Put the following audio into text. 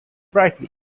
brightly